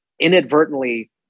inadvertently